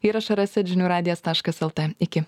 įrašą rasit žinių radijas taškas lt iki